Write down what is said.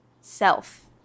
self